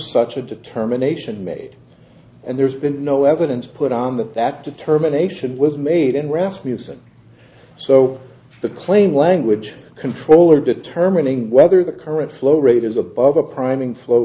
such a determination made and there's been no evidence put on that that determination was made and rasmussen so the claim language controller bitter terminating whether the current flow rate is above a priming flow